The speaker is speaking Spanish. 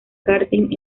karting